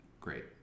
great